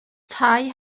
tai